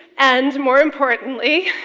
and more importantly,